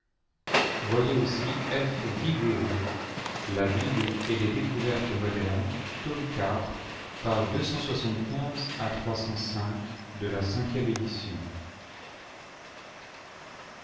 voyez aussi f vigoureux la bible et les découvertes modernes page de la